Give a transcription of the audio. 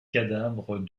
cadavres